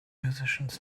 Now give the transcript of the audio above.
musicians